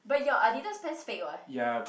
but your Adidas pants fake [what]